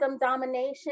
Domination